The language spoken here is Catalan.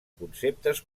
conceptes